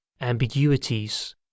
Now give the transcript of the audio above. ambiguities